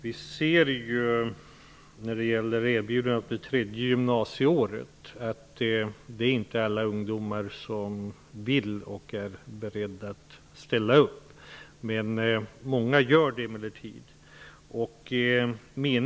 Herr talman! När det gäller erbjudandet om ett tredje gymnasieår är det inte alla ungdomar som är beredda att acceptera ett sådant erbjudande. Många gör det emellertid.